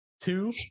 Two